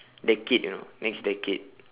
decade you know next decade